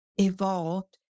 evolved